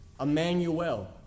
Emmanuel